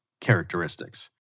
characteristics